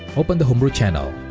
open the homebrew channel.